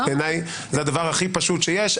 בעיניי זה הדבר הכי פשוט שיש.